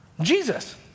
Jesus